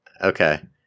Okay